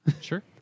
Sure